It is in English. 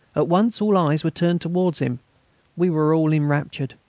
at once all eyes were turned towards him we were all enraptured.